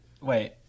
Wait